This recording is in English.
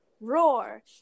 Roar